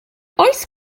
oes